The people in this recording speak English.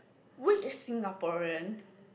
which Singaporean